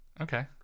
Okay